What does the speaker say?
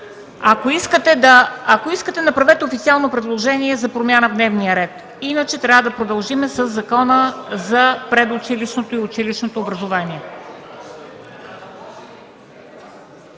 Ако искате, направете официално предложение за промяна в дневния ред. Иначе трябва да продължим със Закона за предучилищното и училищното образование.